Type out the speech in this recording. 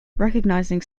recognising